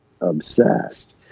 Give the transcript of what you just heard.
obsessed